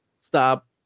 stop